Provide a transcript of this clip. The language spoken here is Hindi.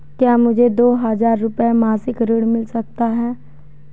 क्या मुझे दो हज़ार रुपये मासिक ऋण मिल सकता है?